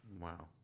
Wow